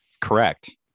Correct